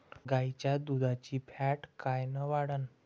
गाईच्या दुधाची फॅट कायन वाढन?